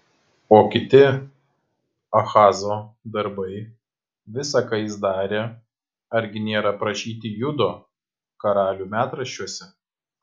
o kiti ahazo darbai visa ką jis darė argi nėra aprašyti judo karalių metraščiuose